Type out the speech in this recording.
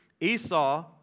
Esau